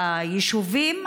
ביישובים,